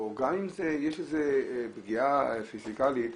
וגם אם יש בזה פגיעה פיסקאלית,